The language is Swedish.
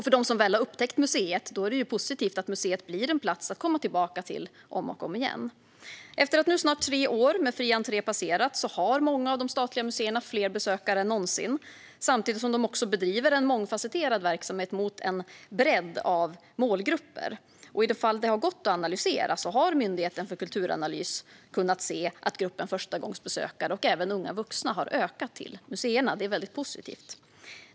För dem som väl har upptäckt museet är det positivt att museet blir en plats att komma tillbaka till om och om igen. Efter att nu snart tre år med fri entré passerat har många av de statliga museerna fler besökare än någonsin, samtidigt som de bedriver en mångfasetterad verksamhet mot en bredd av målgrupper. I de fall det har gått att analysera har Myndigheten för kulturanalys kunnat se att gruppen förstagångsbesökare vid museerna ökat. Det gäller även unga vuxna. Detta är väldigt positivt.